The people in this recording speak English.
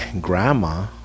grandma